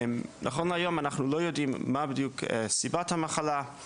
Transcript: נכון להיום אנחנו לא יודעים מה בדיוק סיבת המחלה.